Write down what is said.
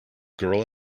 girl